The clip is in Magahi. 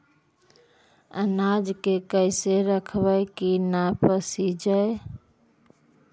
अनाज के कैसे रखबै कि न पसिजै?